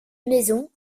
maisons